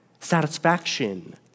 satisfaction